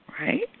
right